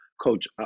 coach